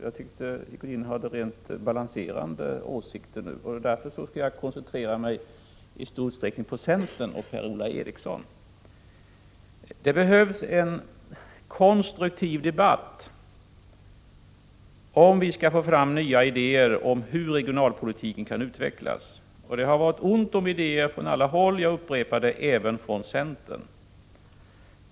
Jag tyckte Godin hade rent balanserade åsikter nu, och därför skall jag koncentrera mig på centern och Per-Ola Eriksson. Det behövs en konstruktiv debatt om vi skall få fram nya idéer om hur regionalpolitiken skall utvecklas. Det har varit ont om idéer från alla håll, jag upprepar det, även från centern.